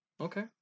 Okay